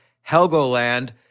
Helgoland